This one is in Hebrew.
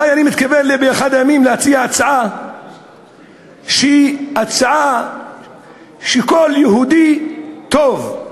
אני אולי מתכוון באחד הימים להציע הצעה שכל יהודי טוב,